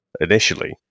initially